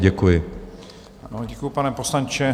Děkuji, pane poslanče.